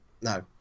No